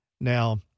Now